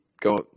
go